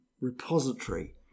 repository